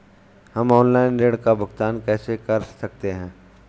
हम ऑनलाइन ऋण का भुगतान कैसे कर सकते हैं?